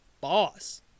boss